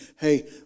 Hey